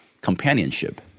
companionship